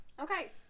Okay